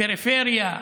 פריפריה,